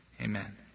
Amen